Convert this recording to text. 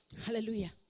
Hallelujah